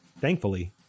Thankfully